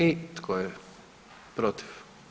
I tko je protiv?